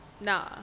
nah